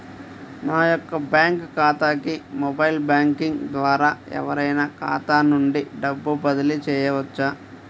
నా యొక్క బ్యాంక్ ఖాతాకి మొబైల్ బ్యాంకింగ్ ద్వారా ఎవరైనా ఖాతా నుండి డబ్బు బదిలీ చేయవచ్చా?